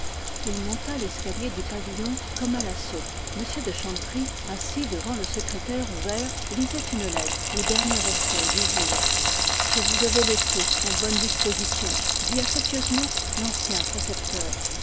il monta l'escalier du pavillon comme à l'assaut m de chanteprie assis devant le secrétaire ouvert lisait une lettre aux derniers reflets du jour je vous avais laissé en bonnes dispositions dit affectueusement l'ancien précepteur